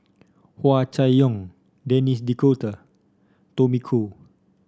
Hua Chai Yong Denis D'Cotta Tommy Koh